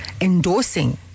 endorsing